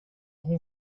hon